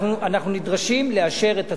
אנחנו נדרשים לאשר את הצווים.